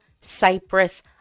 Cyprus